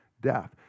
death